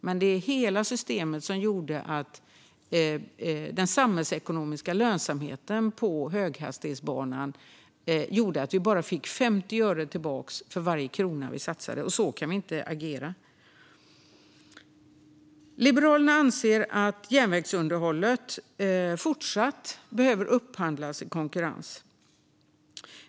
Men det var hela systemet som gjorde att den samhällsekonomiska lönsamheten för höghastighetsbanan gjorde att vi bara fick 50 öre tillbaka för varje satsad krona. Och så kan vi inte agera. Liberalerna anser att järnvägsunderhållet fortsatt ska upphandlas i konkurrens.